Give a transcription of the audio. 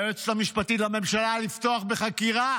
ליועץ המשפטי לממשלה לפתוח בחקירה